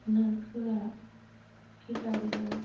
नारखोआ P W